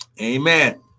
Amen